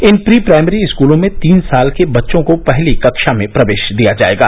इन pre primary स्कूलों में तीन साल के बच्चों को पहली कक्षा में प्रवेश दिया जाएगा